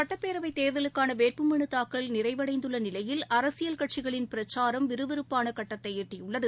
சட்டப்பேரவைத் தேர்தலுக்கானவேட்பு மனுதாக்கல் நிறைவடைந்துள்ளநிலையில் அரசியல் கட்சிகளின் பிரச்சாரம் விறுவிறுப்பானகட்டத்தைஎட்டியுள்ளது